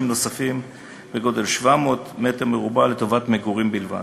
נוספים בגודל 700 מ"ר לטובת מגורים בלבד.